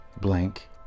blank